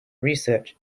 research